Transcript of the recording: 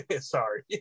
Sorry